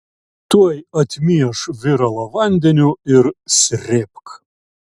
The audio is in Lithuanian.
tuoj atmieš viralą vandeniu ir srėbk